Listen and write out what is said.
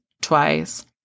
twice